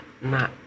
na